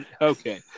Okay